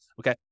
Okay